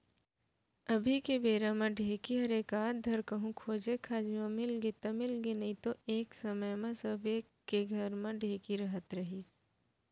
अभी के बेरा म ढेंकी हर एकाध धर कहूँ खोजे खाजे म मिलगे त मिलगे नइतो एक समे म सबे के घर म ढेंकी रहत रहिस